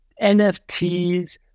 NFTs